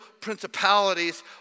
principalities